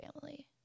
family